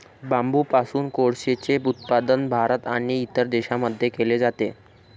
बांबूपासून कोळसेचे उत्पादन भारत आणि इतर देशांमध्ये केले जाते